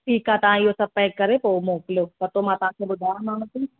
ठीकु आहे तव्हां इहो स पैक करे पोइ मोकिलियो पतो मां तव्हांखे ॿुधायोमाव थी